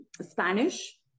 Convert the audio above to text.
spanish